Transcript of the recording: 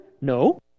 No